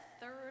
third